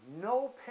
no